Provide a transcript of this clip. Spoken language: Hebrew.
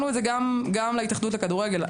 לא כל-כך אהבתי את התשובות שקיבלתי.